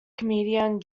comedian